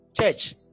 Church